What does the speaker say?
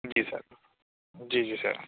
جی sir جی جی سر